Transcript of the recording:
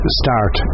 start